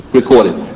recorded